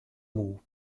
move